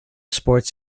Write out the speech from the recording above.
sports